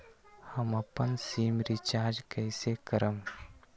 हम अपन SIM recharge कइसे करम?